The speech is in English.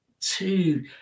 two